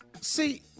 See